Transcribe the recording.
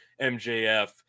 MJF